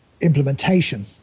implementation